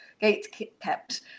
gate-kept